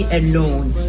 alone